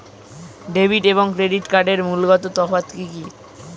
Debit এবং credit কার্ডের মূলগত তফাত কি কী?